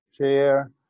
share